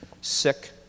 sick